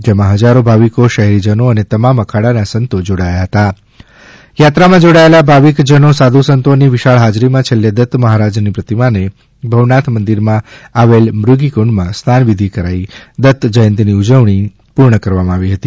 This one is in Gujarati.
જેમાં હજારો ભાવિકો શહેરીજનો અને તમામ અખાડા ના સંતો જોડાયા હતા યાત્રામાં જોડાયેલા ભાવિકજનો સાધુ સંતોની વિશાળ હાજરીમાં છેલ્લે દત્ત મહારાજની પ્રતિમાને ભવનાથ મંદિરમાં આવેલ મૃગીકુંડમાં સ્નાન વિધિ કરાઇ દત જયંતીની ઉજવણી પૂર્ણ કરવામાં આવી હતી